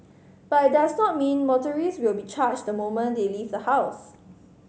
but it does not mean motorist will be charged the moment they leave the house